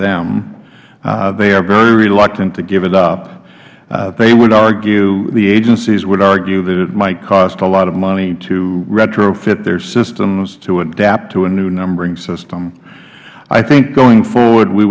them they are very reluctant to give it up they would argue the agencies would argue that it might cost a lot of money to retrofit their systems to adapt to a new numbering system i think going forward we